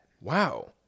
Wow